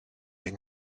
yng